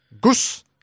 goose